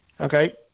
Okay